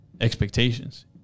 expectations